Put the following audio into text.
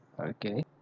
Okay